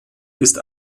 ist